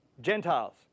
Gentiles